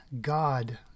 God